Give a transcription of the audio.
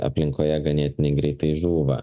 aplinkoje ganėtinai greitai žūva